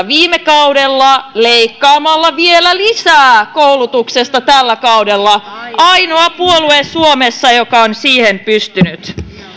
viime kaudella leikkaamalla vielä lisää koulutuksesta tällä kaudella ainoa puolue suomessa joka on siihen pystynyt